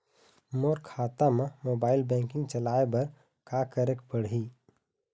मोर खाता मा mobile banking चलाए बर का करेक पड़ही?